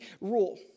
rule